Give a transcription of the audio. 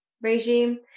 Regime